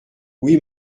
oui